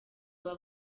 aba